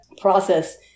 process